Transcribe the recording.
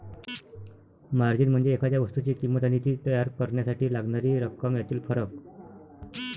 margin म्हणजे एखाद्या वस्तूची किंमत आणि ती तयार करण्यासाठी लागणारी रक्कम यातील फरक